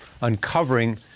uncovering